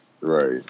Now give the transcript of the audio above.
Right